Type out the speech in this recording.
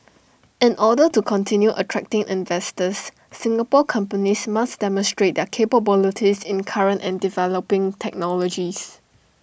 in order to continue attracting investors Singapore companies must demonstrate the capabilities in current and developing technologies